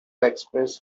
express